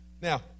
Now